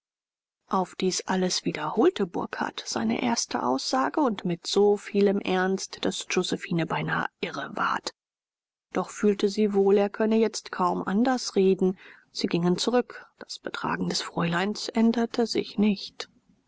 auf dies alles wiederholte burkhardt seine erste aussage und mit so vielem ernst daß josephine beinahe irre ward doch fühlte sie wohl er könne jetzt kaum anders reden sie gingen zurück das betragen des fräuleins änderte sich nicht